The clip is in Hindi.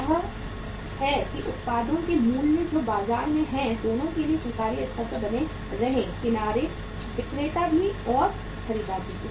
यह है कि उत्पादों के मूल्य जो बाजार में हैं दोनों के लिए स्वीकार्य स्तर पर बने रहें किनारे विक्रेता भी और खरीदार भी